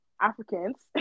Africans